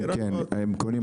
כן, כן הם קונים.